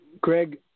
Greg